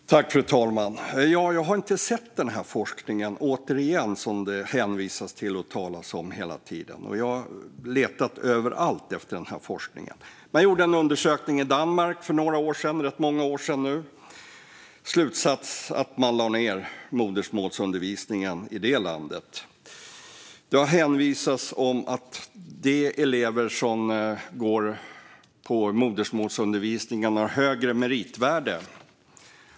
Fru talman! Låt mig säga det återigen: Jag har inte sett den forskning som det hänvisas till och hela tiden talas om. Jag har letat överallt efter den. Man gjorde en undersökning i Danmark för rätt många år sedan. Slutsatsen blev att man lade ned modersmålsundervisningen där. Det hänvisas till att de elever som går på modersmålsundervisningen har högre meritvärden.